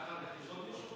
ואחר כך יש עוד מישהו,